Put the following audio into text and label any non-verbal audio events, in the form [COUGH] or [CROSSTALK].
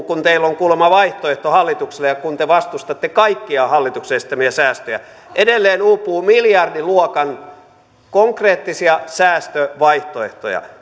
[UNINTELLIGIBLE] kun teillä on kuulemma vaihtoehto hallitukselle ja kun te vastustatte kaikkia hallituksen esittämiä säästöjä niin edelleen uupuu miljardiluokan konkreettisia säästövaihtoehtoja [UNINTELLIGIBLE]